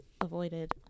avoided